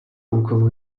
úkolů